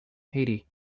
haiti